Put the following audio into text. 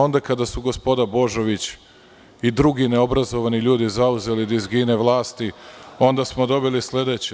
Onda kada su gospoda Božović i drugi neobrazovani ljudi zauzeli dizgine vlasti, onda smo dobili sledeće.